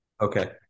okay